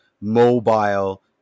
mobile